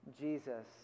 Jesus